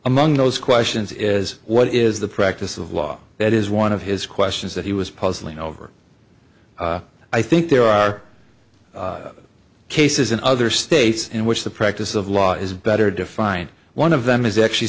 among those questions is what is the practice of law that is one of his questions that he was puzzling over i think there are cases in other states in which the practice of law is better defined one of them is actually